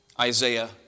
Isaiah